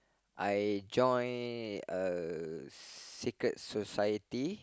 I join uh secret society